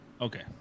okay